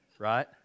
Right